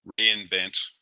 reinvent